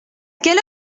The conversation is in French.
quelle